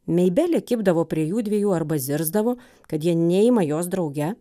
meibelė kibdavo prie jųdviejų arba zirzdavo kad jie neima jos drauge